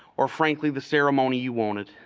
or frankly, the ceremony you wanted,